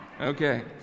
Okay